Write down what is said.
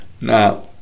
Now